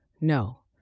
No